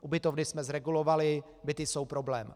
Ubytovny jsme zregulovali, byty jsou problém.